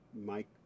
Mike